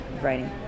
writing